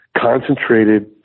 concentrated